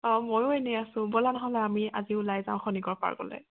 অঁ ময়ো এনে আছোঁ ব'লা নহ'লে আমি আজি ওলাই যাওঁ খনিকৰ পাৰ্কলৈ